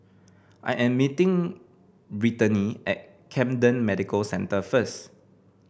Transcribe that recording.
I am meeting Brittanie at Camden Medical Centre first